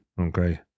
Okay